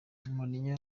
mourinho